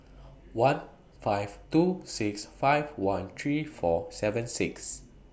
one five two six five one three four seven six